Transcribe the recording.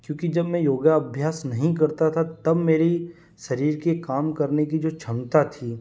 क्योंकि जब मैं योग अभ्यास नहीं करता था तब मेरी शरीर के काम करने की जो क्षमता थी